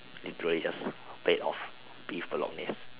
the greatest plate of beef bolognese